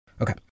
Okay